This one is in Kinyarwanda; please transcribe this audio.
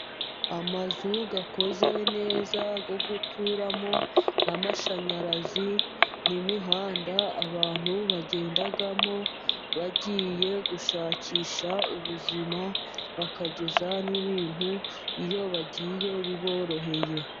Amazu akoze neza ,yo guturamo n'amashanyarazi n'imihanda ,abantu bagendamo bagiye gushakisha ubuzima ,bakageza n'ibintu iyo bagiye biboroheye.